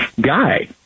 guy